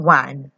one